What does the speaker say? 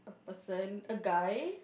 person a guy